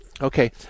Okay